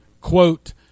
quote